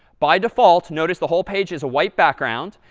by default, notice the whole page has a white background.